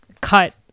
cut